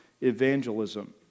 evangelism